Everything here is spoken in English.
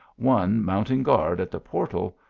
one mounting guard at the portal,